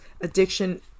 addiction